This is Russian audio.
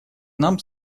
нам